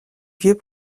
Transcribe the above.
vieux